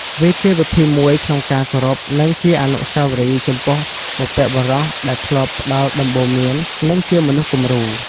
វាជាវិធីមួយក្នុងការគោរពនិងជាអនុស្សាវរីយ៍ចំពោះបុព្វបុរសដែលធ្លាប់ផ្ដល់ដំបូន្មាន និងជាមនុស្សគំរូ។